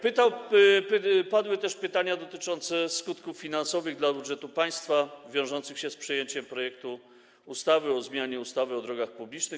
Padły też pytania dotyczące skutków finansowych dla budżetu państwa, wiążących się z przyjęciem projektu ustawy o zmianie ustawy o drogach publicznych.